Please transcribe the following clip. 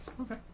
Okay